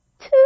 two